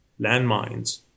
landmines